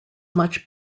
much